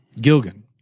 Gilgan